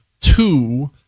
Two